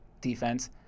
defense